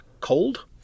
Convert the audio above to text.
cold